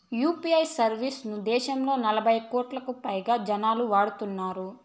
UPI service ను దేశంలో నలభై కోట్లకు పైగా జనాలు వాడుతున్నారు